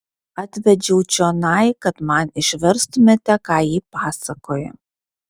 atvedžiau čionai kad man išverstumėte ką ji pasakoja